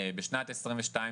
בשנת 2022,